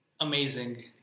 Amazing